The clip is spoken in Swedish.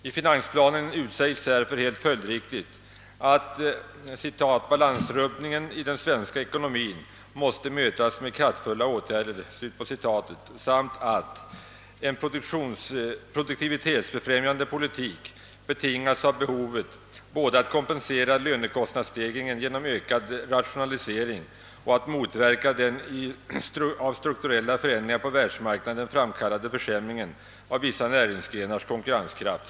I finansplanen utsäges därför helt följdriktigt att »balansrubbningen i den svenska ekonomin måste mötas med kraftfulla åtgärder» samt att »en produktivitetsfrämjande politik betingas av behovet både att kompensera lönekostnadsstegringen genom ökad rationa lisering och att motverka den av strukturella förändringar på världsmarknaden framkallade försämringen av vissa näringsgrenars konkurrenskraft».